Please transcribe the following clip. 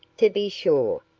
to be sure,